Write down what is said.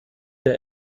der